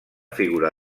figura